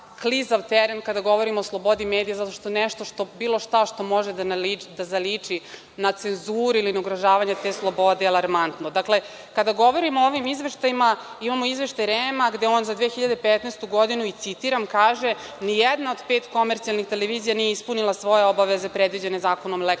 klizav teren kada govorimo o slobodi medija zato što nešto što je bilo šta može da zaliči na cenzuru ili na ugrožavanje te slobode je alarmantno. Dakle, kada govorimo o ovim izveštajima, imamo izveštaj REM gde on za 2015. godinu i citiram, kaže – nijedna od pet komercijalnih televizija nije ispunila svoje obaveze predviđene Zakonom o